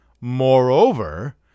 Moreover